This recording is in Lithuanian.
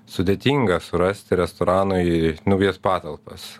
sudėtinga surasti restoranui naujas patalpas